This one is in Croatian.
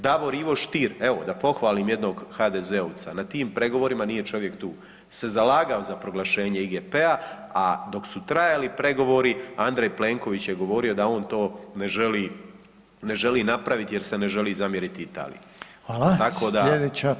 Davor Ivo Stier evo da pohvalim jednog HDZ-ovca na tim pregovorima, nije čovjek tu, se zalagao za proglašenje IGP-a, a dok su trajali pregovori Andrej Plenković je govorio da on to ne želi napraviti jer se ne želi zamjeriti Italiji.